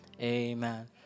Amen